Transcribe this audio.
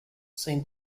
seem